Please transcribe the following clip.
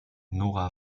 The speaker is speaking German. nora